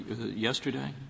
yesterday